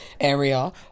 area